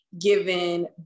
given